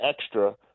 extra